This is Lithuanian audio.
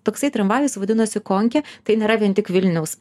toksai tramvajus vadinosi konkė tai nėra vien tik vilniaus